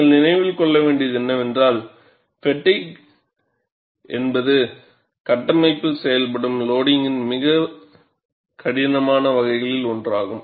நீங்கள் நினைவில் கொள்ள வேண்டியது என்னவென்றால் ஃப்பெட்டிக் என்பது கட்டமைப்பில் செயல்படும் லோடிங்க் மிகவும் கடினமான வகைகளில் ஒன்றாகும்